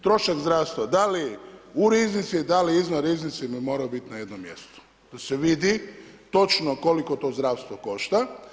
Trošak zdravstva, da li u riznici, da li izvan riznice, bi morao biti na jednom mjestu, da se vidi točno koliko to zdravstvo košta.